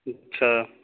اچھا